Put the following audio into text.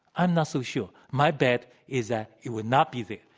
and so sure. my bet is that it will not be there.